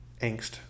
angst